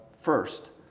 first